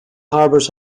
harbours